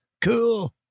Cool